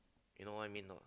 you know what I mean or not